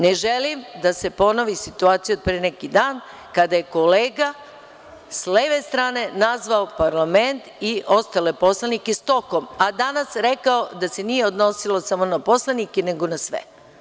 Ne želim da se ponovi situacija od pre neki dan, kada je kolega s leve strane nazvao parlament i ostale poslanike stokom, a danas rekao da se nije odnosilo samo na poslanike nego na sve.